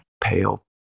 pale